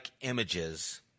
images